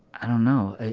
i don't know.